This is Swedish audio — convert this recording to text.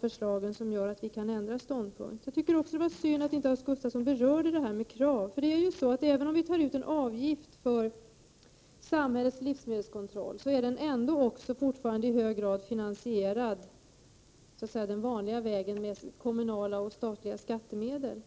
förslaget som skulle göra att vi kan ändra ståndpunkt. Jag tycker alltså att det var synd att Hans Gustafsson inte berörde kontrollen. Även om vi tar ut en avgift för samhällets livsmedelskontroll är denna ändå fortfarande i hög grad finansierad den vanliga vägen, dvs. med kommunala och statliga skattemedel.